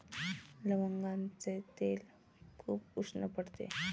लवंगाचे तेल खूप उष्ण पडते